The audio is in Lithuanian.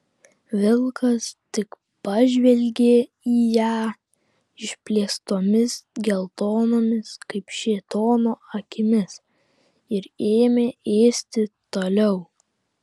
vilkas tik pažvelgė į ją išplėstomis geltonomis kaip šėtono akimis ir ėmė ėsti toliau